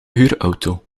huurauto